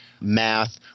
math